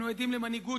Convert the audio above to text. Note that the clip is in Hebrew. אנחנו עדים למנהיגות